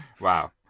wow